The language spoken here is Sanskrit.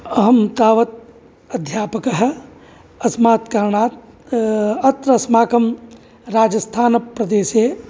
अहं तावत् अध्यापकः अस्मात् कारणात् अत्र अस्माकं राजस्थानप्रदेशे